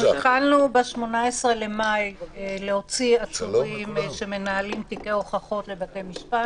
ב-18 במאי התחלנו להוציא עצורים שמנהלים תיקי הוכחות לבתי משפט.